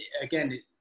again